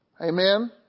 Amen